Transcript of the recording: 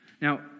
Now